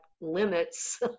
limits